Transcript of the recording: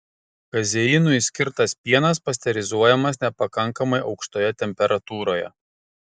kazeinui skirtas pienas pasterizuojamas nepakankamai aukštoje temperatūroje